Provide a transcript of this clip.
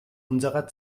unserer